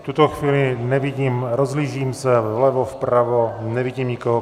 V tuto chvíli nevidím, rozhlížím se vlevo, vpravo, nevidím nikoho.